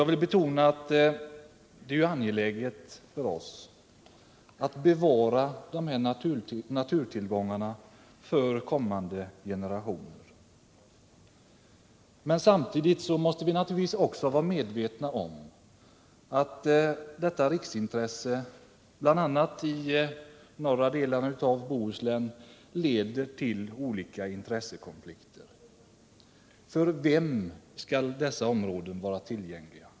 Jag vill betona att det är angeläget för oss att bevara dessa naturtillgångar för kommande generationer. Men samtidigt måste vi naturligtvis också vara medvetna om att detta riksintresse bl.a. i de norra delarna av Bohuslän leder till olika intressekonflikter. För vem skall dessa områden vara tillgängliga?